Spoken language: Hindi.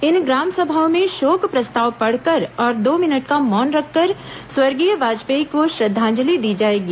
इन ग्राम सभाओं में शोक प्रस्ताव पढ़कर और दो मिनट का मौन रखकर स्वर्गीय वाजपेयी को श्रद्धांजलि दी जाएगी